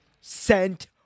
sent